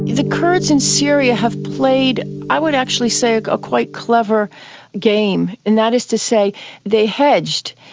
the kurds in syria have played i would actually say a quite clever game, and that is to say they hedged.